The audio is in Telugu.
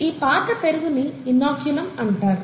ఈ పాత పెరుగుని ఇన్నోక్యులం అంటారు